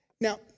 now